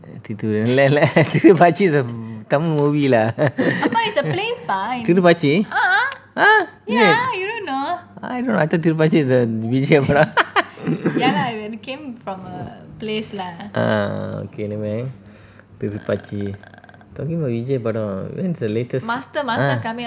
இல்ல இல்ல:illa illa is a tamil movie lah திருப்பாச்சி:thirupatchi ah wait I don't know I thought திருப்பாச்சி:thirupatchi is a Vijay படம்:vijay padam ah okay never mind திருப்பாச்சி:thirupatchi talking about Vijay படம்:vijay padam when's the latest ah